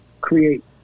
create